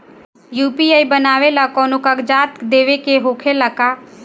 UPI बनावेला कौनो कागजात देवे के होखेला का?